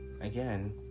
again